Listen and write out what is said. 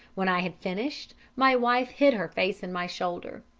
when i had finished, my wife hid her face in my shoulder.